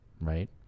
Right